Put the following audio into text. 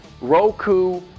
Roku